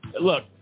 Look